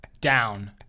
down